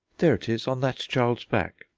there it is, on that child's back.